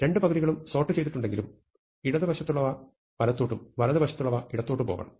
രണ്ടു പകുതികളും സോർട്ട് ചെയ്തിട്ടുണ്ടെങ്കിലും ഇടത് വശത്തുള്ളവ വലത്തോട്ടും വലതുവശത്തുള്ളവ ഇടത്തോട്ടും പോകണം